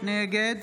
נגד